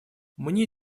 мне